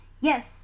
Yes